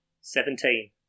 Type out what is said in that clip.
Seventeen